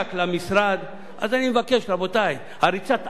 ריצת האמוק הזו לרצות איזה גוף כזה או אחר,